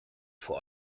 vor